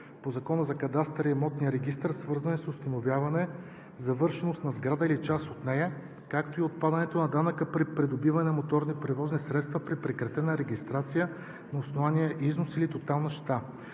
по Закона за кадастъра и имотния регистър, свързано с установяване завършването на сграда или част от нея, както и отпадане на данъка при придобиване на моторни превозни средства при прекратена регистрация на основание износ или тотална щета.